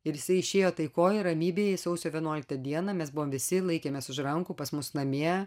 ir jisai išėjo taikoj ramybėj sausio vienuoliktą dieną mes buvom visi laikėmės už rankų pas mus namie